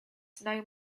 snow